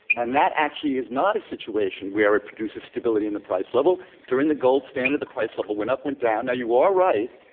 and that actually is not a situation where it produces stability in the price level. during the gold standard, the price level went up, went down. now you are right,